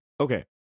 Okay